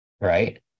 right